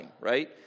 right